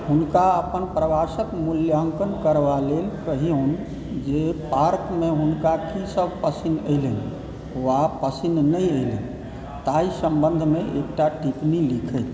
हुनका अपन प्रवासक मूल्याङ्कन करबाक लेल कहियौन जे पार्कमे हुनका की सभ पसिन अयलनि वा पसिन नहि अयलनि ताहि सम्बन्धमे एकटा टिप्पणी लिखथि